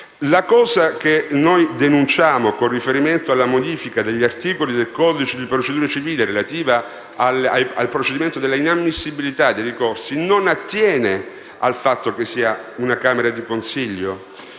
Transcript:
La cosa che noi denunciamo con riferimento alla modifica degli articoli del codice di procedura civile relativa al procedimento dell'inammissibilità dei ricorsi non attiene al fatto che sia una camera di consiglio.